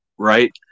Right